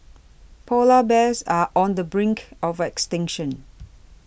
Polar Bears are on the brink of extinction